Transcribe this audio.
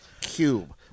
cube